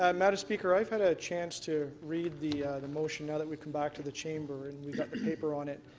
um madam speaker, i've had a chance to read the the motion now, that we've come back to the chamber and got the paper on it.